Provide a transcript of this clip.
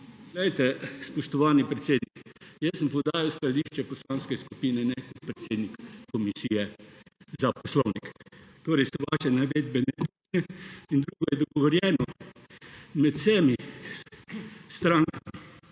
Poglejte, spoštovani predsednik, jaz sem podajal stališča poslanke skupine ne kot predsednik Komisije za poslovnik. Torej so vaše navedbe netočne. Drugo, dogovorjeno je med vsemi strankami,